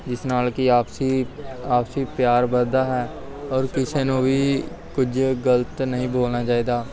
ਇਸ ਨਾਲ ਕਿ ਆਪਸੀ ਆਪਸੀ ਪਿਆਰ ਵੱਧਦਾ ਹੈ ਔਰ ਕਿਸੇ ਨੂੰ ਵੀ ਕੁਝ ਗਲਤ ਨਹੀਂ ਬੋਲਣਾ ਚਾਹੀਦਾ